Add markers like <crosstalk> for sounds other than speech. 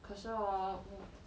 可是 hor <noise>